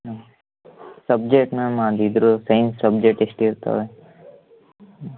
ಹಾಂ subject ma'am ಅದು ಇದ್ರುದು ಸೈನ್ಸ್ ಸಬ್ಜೆಕ್ಟ್ ಎಷ್ಟಿರ್ತವೆ ಹ್ಞೂ